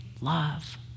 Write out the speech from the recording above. love